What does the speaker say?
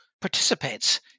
participates